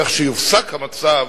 כך שיופסק המצב